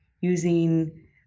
using